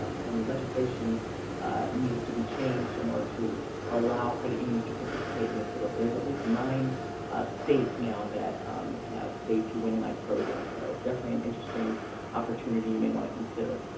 um some legislation needed to be changed in order to allow credit unions to participate in this, but there's at least nine states now that have save to win-like programs, so definitely an interesting opportunity you may want to consider.